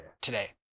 Today